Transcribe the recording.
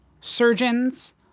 surgeons